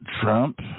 Trump